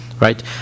right